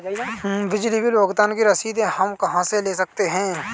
बिजली बिल भुगतान की रसीद हम कहां से ले सकते हैं?